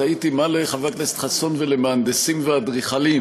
תהיתי מה לחבר הכנסת חסון ולמהנדסים ואדריכלים.